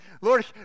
lord